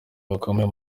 bakomeye